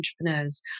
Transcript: entrepreneurs